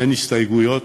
אין הסתייגויות,